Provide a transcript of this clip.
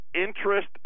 interest